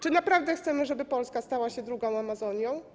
Czy naprawdę chcemy, żeby Polska stała się dugą Amazonią?